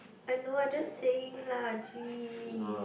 I know I just saying lah geez